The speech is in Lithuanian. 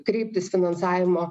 kreiptis finansavimo